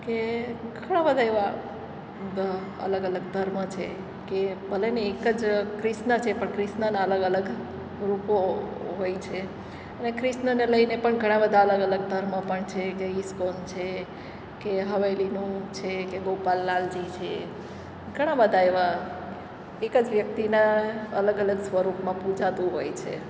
કે ઘણાં બધા એવા અલગ અલગ ધર્મ છે કે ભલે ને એક જ કૃષ્ણ છે પણ કૃષ્ણનાં અલગ અલગ રૂપો હોય છે અને ક્રિશ્નને લઈને પણ ઘણા બધા અલગ અલગ ધર્મો પણ છે કે ઇસ્કોન છે કે હવેલીનું છે કે ગોપાલ લાલજી છે ઘણા બધા એવા એક જ વ્યક્તિનાં અલગ અલગ સ્વરૂપમાં પૂજાતું હોય છે